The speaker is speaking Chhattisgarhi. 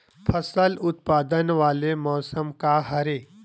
फसल उत्पादन वाले मौसम का हरे?